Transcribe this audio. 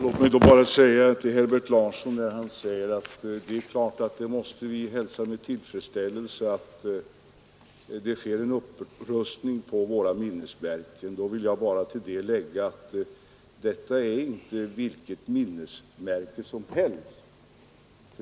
Herr talman! Herbert Larsson säger att vi måste hälsa med tillfredsställelse att det sker en upprustning av våra minnesmärken. Till det vill jag bara lägga att Läckö slott inte är vilket minnesmärke som helst.